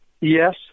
Yes